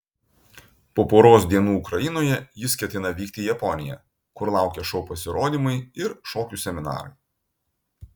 po poros dienų ukrainoje jis ketina vykti į japoniją kur laukia šou pasirodymai ir šokių seminarai